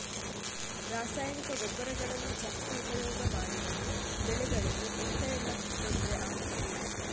ರಾಸಾಯನಿಕ ಗೊಬ್ಬರಗಳನ್ನು ಜಾಸ್ತಿ ಉಪಯೋಗ ಮಾಡಿದರೆ ಬೆಳೆಗಳಿಗೆ ಎಂತ ಎಲ್ಲಾ ತೊಂದ್ರೆ ಆಗ್ತದೆ?